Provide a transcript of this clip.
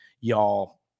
y'all